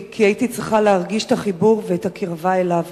כי הייתי צריכה להרגיש את החיבור ואת הקרבה אליו.